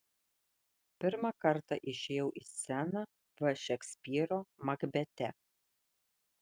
pirmą kartą išėjau į sceną v šekspyro makbete